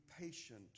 patient